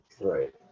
right